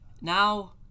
Now